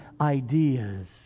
ideas